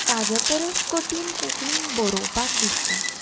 ताजे परस कठीण कोंकणीन बरोवपाक दिसता